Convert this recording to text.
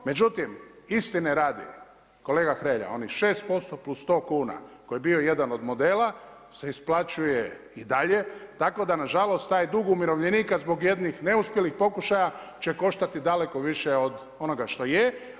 Međutim, istine radi kolega Hrelja onih 6% plus sto kuna koji je bio jedan od modela se isplaćuje i dalje tako da na žalost taj dug umirovljenika zbog jednih neuspjelih pokušaja će koštati daleko više od onoga što je.